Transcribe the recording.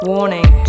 Warning